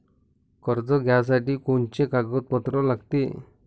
कर्ज घ्यासाठी कोनचे कागदपत्र लागते?